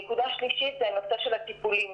נקודה שלישית היא הנושא של הטיפולים.